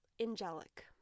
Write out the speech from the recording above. angelic